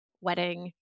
wedding